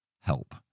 help